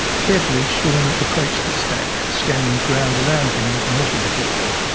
carefully, shaun approached the stack, scanning the ground around him with the metal detector.